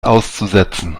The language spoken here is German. auszusetzen